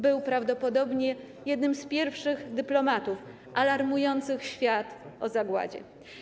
Był prawdopodobnie jednym z pierwszych dyplomatów alarmujących świat o zagładzie.